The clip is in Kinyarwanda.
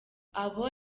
abo